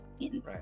Right